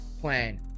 plan